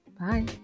Bye